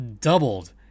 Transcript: doubled